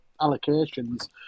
allocations